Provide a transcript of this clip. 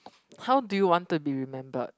how do you want to be remembered